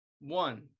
one